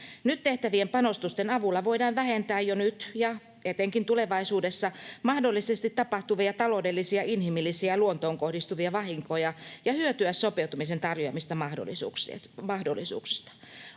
Nyt tehtävien panostusten avulla voidaan vähentää jo nyt ja etenkin tulevaisuudessa mahdollisesti tapahtuvia taloudellisia, inhimillisiä ja luontoon kohdistuvia vahinkoja ja hyötyä sopeutumisen tarjoamista mahdollisuuksista.